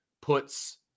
puts